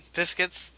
biscuits